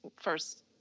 first